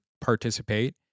participate